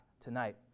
tonight